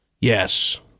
Yes